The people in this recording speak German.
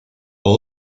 hat